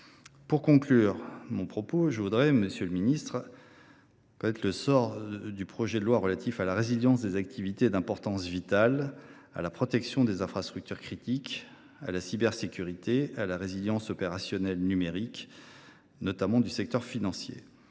! En conclusion, monsieur le ministre, je souhaite connaître le sort du projet de loi relatif à la résilience des activités d’importance vitale, à la protection des infrastructures critiques, à la cybersécurité et à la résilience opérationnelle numérique du secteur financier.